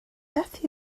beth